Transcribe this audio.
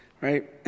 right